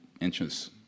inches